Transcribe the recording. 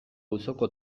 auzoko